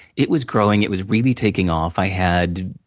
it was growing, it was really taking off. i had,